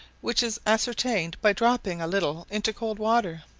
which is ascertained by dropping a little into cold water.